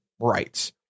rights